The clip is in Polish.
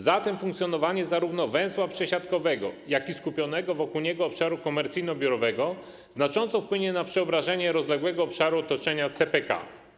Zatem funkcjonowanie zarówno węzła przesiadkowego, jak i skupionego wokół niego obszaru komercyjno-biurowego znacząco wpłynie na przeobrażenia rozległego obszaru otoczenia CPK.